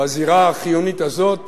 בזירה החיונית הזאת